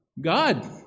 God